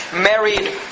married